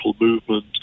movement